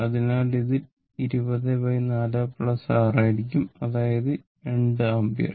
അതിനാൽ ഇത് 204 6 ആയിരിക്കും അതായത് 2 ആമ്പിയർ